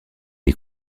est